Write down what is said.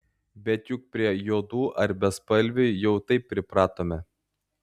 bet juk prie juodų ar bespalvių jau taip pripratome